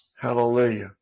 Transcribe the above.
Hallelujah